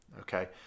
Okay